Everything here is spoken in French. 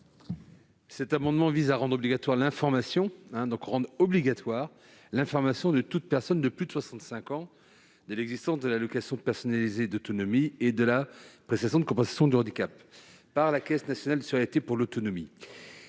Cet amendement vise à rendre obligatoire l'information de toute personne de plus de 65 ans sur l'existence de l'allocation personnalisée d'autonomie et de la prestation de compensation du handicap par la Caisse nationale de solidarité pour l'autonomie.